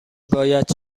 باید